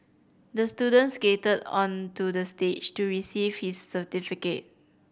the student skated onto the stage to receive his certificate